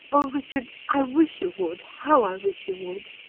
oh, richard, i wish you would how i wish you would!